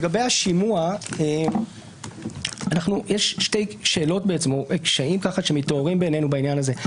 לגבי השימוע יש שני קשיים שמתעוררים בעינינו בעניין הזה.